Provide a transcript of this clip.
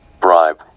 bribe